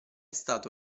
stato